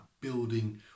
building